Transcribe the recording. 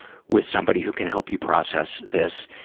with somebody who can help you process this,